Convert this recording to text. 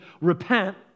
repent